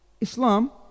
Islam